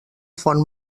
font